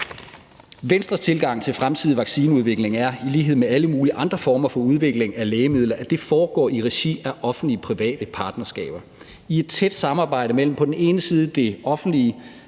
Venstres tilgang til fremtidig vaccineudvikling er, i lighed med alle mulige andre former for udvikling af lægemidler, at det foregår i regi af offentlig-private partnerskaber i et tæt samarbejde mellem på den ene side det offentlige,